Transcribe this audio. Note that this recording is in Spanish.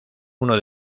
uno